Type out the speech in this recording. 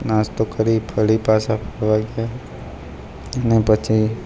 નાસ્તો કરી ફરી પાછા ફરવા ગયા ને પછી